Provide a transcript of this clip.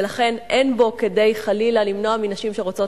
ולכן אין בו חלילה כדי למנוע מנשים שרוצות